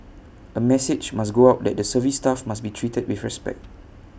A message must go out that the service staff must be treated with respect